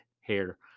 hair